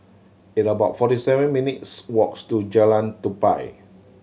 it about forty seven minutes' walks to Jalan Tupai